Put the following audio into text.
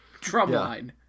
drumline